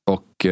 Och